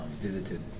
visited